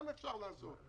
גם אפשר לעשות.